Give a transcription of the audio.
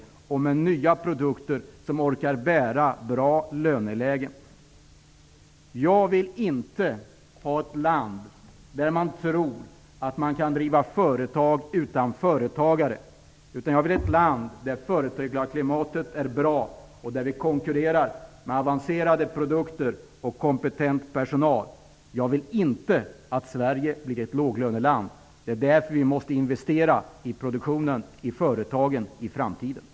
Vi eftersträvar nya produkter som orkar bära ett bra löneläge. Jag vill inte ha ett land där man tror att man kan driva företag utan företagare. Jag vill ha ett land där företagarklimatet är bra och där vi konkurrerar med avancerade produkter och kompetent personal. Jag vill inte att Sverige blir ett låglöneland. Det är därför vi måste investera i produktionen, i företagen, i framtiden.